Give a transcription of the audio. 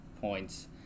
points